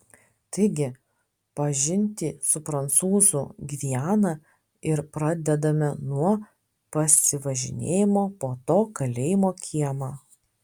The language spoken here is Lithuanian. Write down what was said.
taigi pažintį su prancūzų gviana ir pradedame nuo pasivažinėjimo po to kalėjimo kiemą